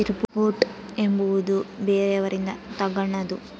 import ಎಂಬುವುದು ಬೇರೆಯವರಿಂದ ತಗನದು